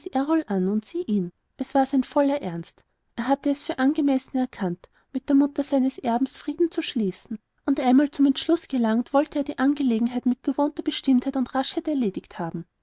ihn es war sein voller ernst er hatte es für angemessen erkannt mit der mutter seines erben frieden zu schließen und einmal zum entschluß gelangt wollte er die angelegenheit mit gewohnter bestimmtheit und raschheit erledigt haben